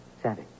Sandy